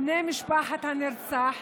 בני משפחת הנרצח,